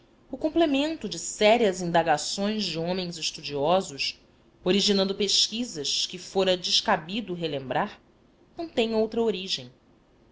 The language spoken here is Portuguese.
o complemento de sérias indagações de homens estudiosos originando pesquisas que fora descabido relembrar não têm outra origem